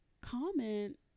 comment